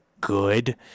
good